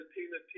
Tina